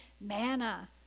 manna